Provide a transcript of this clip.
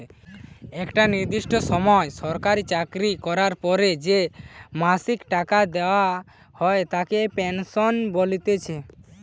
একটা নির্দিষ্ট সময় সরকারি চাকরি করার পর যে মাসিক টাকা দেওয়া হয় তাকে পেনশন বলতিছে